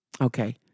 Okay